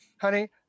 Honey